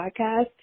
podcast